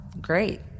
great